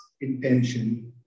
intention